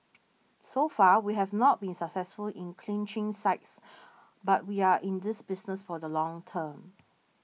so far we have not been successful in clinching sites but we are in this business for the long term